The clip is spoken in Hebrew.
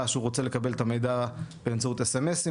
שהוא רוצה לקבל את המידע באמצעות סמסים,